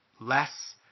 less